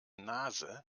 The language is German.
nase